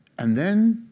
and then